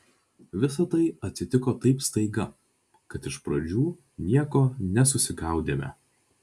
visa tai atsitiko taip staiga kad iš pradžių nieko nesusigaudėme